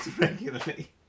regularly